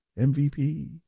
MVP